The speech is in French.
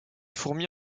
fourmis